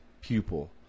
Pupil